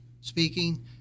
speaking